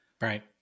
Right